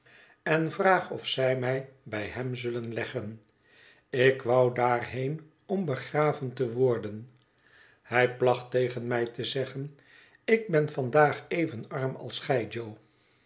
en vraag of zij mij bij hem zullen leggen ik wou daarheen om begraven te worden hij placht tegen mij te zeggen ik ben vandaag even arm als